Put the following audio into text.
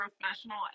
professional